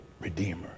redeemer